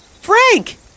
Frank